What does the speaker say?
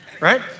right